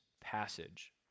passage